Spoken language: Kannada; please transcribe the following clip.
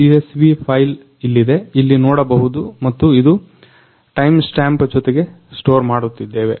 CSV ಫೈಲ್ ಇಲ್ಲಿದೆ ಇಲ್ಲಿ ನೋಡಬಹುದು ಮತ್ತು ಇದು ಟೈಮ್ ಸ್ಟ್ಯಾಂಪ್ ಜೊತೆಗೆ ಸ್ಟೋರ್ ಮಾಡುತ್ತಿದ್ದೇವೆ